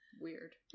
Weird